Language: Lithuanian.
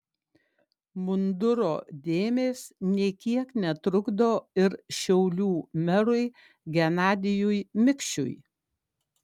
munduro dėmės nė kiek netrukdo ir šiaulių merui genadijui mikšiui